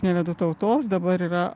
nevedu tautos dabar yra